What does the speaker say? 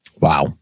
Wow